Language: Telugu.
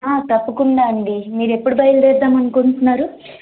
ఆ తప్పకుండా అండి మీరు ఎప్పుడు బయలుదేరుదాం అనుకుంటున్నారు